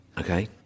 Okay